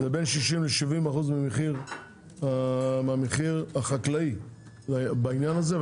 זה בין 60% ל-70% מהמחיר החקלאי, בעניין הזה.